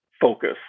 focus